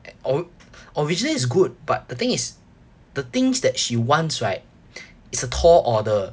or~ original is good but the thing is the things that she wants right it's a tall order